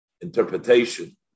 interpretation